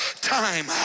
time